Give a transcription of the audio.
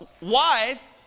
wife